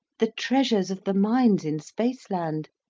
the treasures of the mines in spaceland,